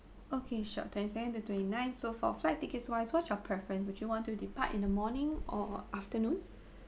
okay sure twenty second to twenty nine so for flight tickets wise what's your preference would you want to depart in the morning or afternoon